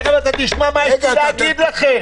תכף אתה תשמע מה יש לי להגיד לכם.